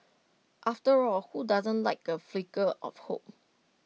after all who doesn't like A flicker of hope